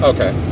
Okay